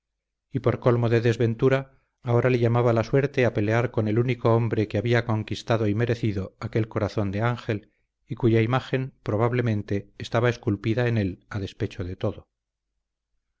por colmo de desventura ahora le llamaba la suerte a pelear con el único hombre que había conquistado y merecido aquel corazón de ángel y cuya imagen probablemente estaba esculpida en él a despecho de todo